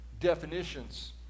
definitions